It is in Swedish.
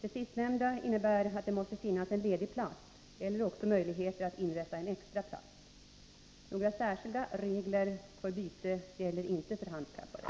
Det sistnämnda innebär att det måste finnas en plats ledig eller också möjligheter att inrätta en extra plats. Några särskilda regler för byte gäller inte för handikappade.